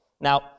now